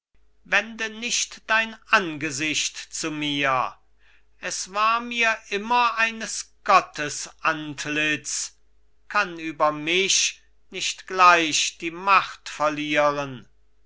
wende nicht dein angesicht zu mir es war mir immer eines gottes antlitz kann über mich nicht gleich die macht verlieren